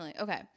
Okay